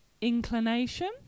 inclination